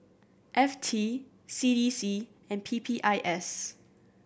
F T C E C and P P I S